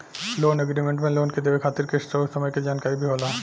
loan agreement में loan के देवे खातिर किस्त अउर समय के जानकारी भी होला